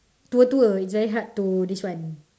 tua tua it's very hard to this one